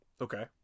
Okay